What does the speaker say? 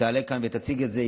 תעלה כאן ותציג את זה,